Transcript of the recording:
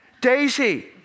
Daisy